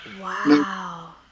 Wow